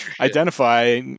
identify